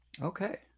Okay